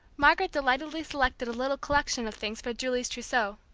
margaret delightedly selected a little collection of things for julie's trousseau.